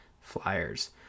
flyers